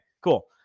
Cool